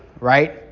right